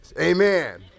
Amen